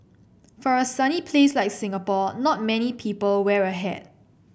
for a sunny place like Singapore not many people wear a hat